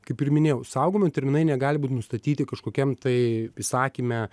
kaip ir minėjau saugojimo terminai negali būti nustatyti kažkokiam tai įsakyme